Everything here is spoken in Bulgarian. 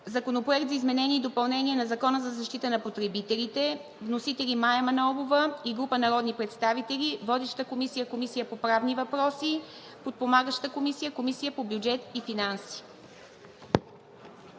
Законопроект за изменение и допълнение на Закона за защита на потребителите. Вносители – Мая Манолова и група народни представители. Водеща е Комисията по правни въпроси, подпомагаща е Комисията по бюджет и финанси.